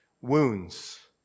wounds